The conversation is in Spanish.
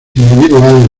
individuales